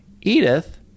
Edith